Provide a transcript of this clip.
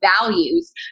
values